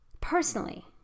personally